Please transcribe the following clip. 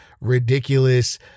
ridiculous